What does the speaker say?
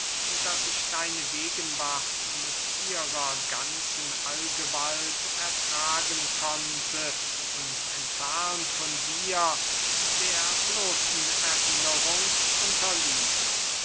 daß ich deine gegenwart mit ihrer ganzen allgewalt ertragen konnte und entfernt von dir der bloßen erinnerung unterliege